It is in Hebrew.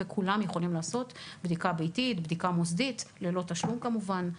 כך שכולם יכולים לעשות בדיקה ביתית או בדיקה מוסדית ללא תשלום כמובן.